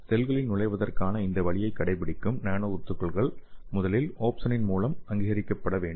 செல்களில் நுழைவதற்கான இந்த வழியைக் கடைப்பிடிக்கும் நானோ துகள்கள் முதலில் ஓப்சோனின் மூலம் அங்கீகரிக்கப்பட வேண்டும்